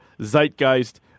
Zeitgeist